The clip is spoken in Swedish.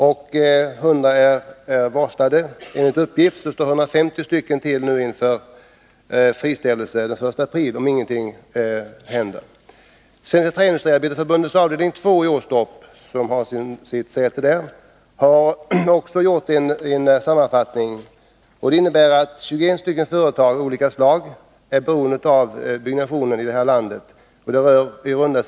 100 personer är varslade, och enligt uppgift riskerar ytterligare 150 att bli friställda den 1 april — om ingenting händer. Svenska träindustriarbetareförbundets avdelning 2, som har sitt säte i Åstorp, har gjort en sammanfattning som visar att 21 företag av olika slag är beroende av byggnationen i regionen.